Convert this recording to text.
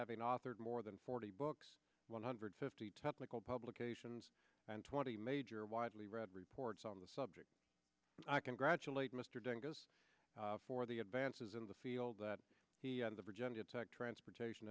having authored more than forty books one hundred fifty technical publications and twenty major widely read reports on the subject i congratulate mr dentists for the advances in the field that he and the virginia tech transportation